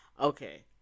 Okay